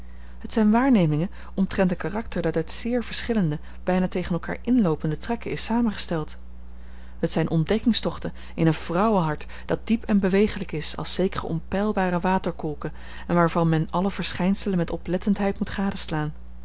het zijn waarnemingen omtrent een karakter dat uit zeer verschillende bijna tegen elkaar inloopende trekken is samengesteld het zijn ontdekkingstochten in een vrouwenhart dat diep en bewegelijk is als zekere onpeilbare waterkolken en waarvan men alle verschijnselen met oplettendheid moet